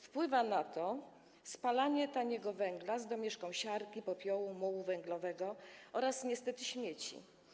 Wpływa na to spalanie taniego węgla z domieszką siarki, popiołu, mułu węglowego oraz niestety śmieci.